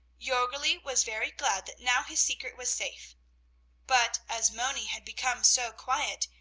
jorgli was very glad that now his secret was safe but as moni had become so quiet,